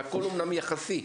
והכול אומנם יחסי,